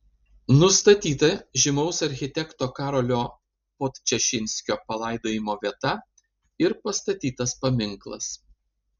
nustatyta žymaus architekto karolio podčašinskio palaidojimo vieta ir pastatytas paminklas